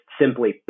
simply